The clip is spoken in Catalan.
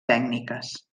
tècniques